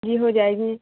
جی ہو جائے گی